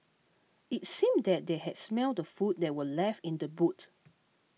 it seemed that they had smelt the food that were left in the boot